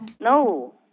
No